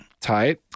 Tight